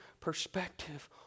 perspective